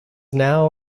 now